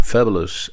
Fabulous